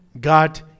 God